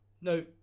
No